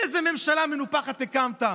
איזו ממשלה מנופחת הקמת.